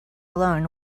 alone